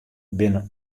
binne